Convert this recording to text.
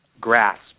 grasp